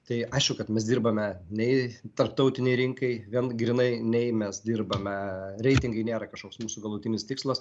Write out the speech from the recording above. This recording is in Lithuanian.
tai aišku kad mes dirbame nei tarptautinei rinkai vien grynai nei mes dirbame reitingai nėra kažkoks mūsų galutinis tikslas